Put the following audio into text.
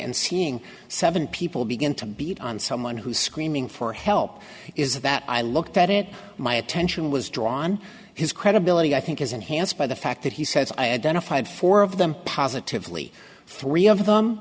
and seeing seven people begin to beat on someone who's screaming for help is that i looked at it my attention was drawn his credibility i think is enhanced by the fact that he says i identified four of them positively three of them